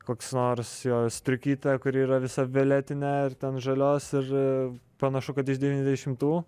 koks nors jo striukytė kuri yra visa violetinė ir ten žalios ir panašu kad iš devyniasdešimtų